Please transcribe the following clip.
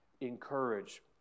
encourage